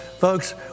Folks